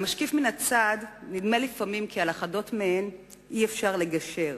למשקיף מן הצד נדמה לפעמים כי על אחדות מהן אי-אפשר לגשר.